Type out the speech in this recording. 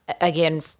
again